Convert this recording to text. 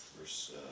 Verse